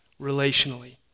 relationally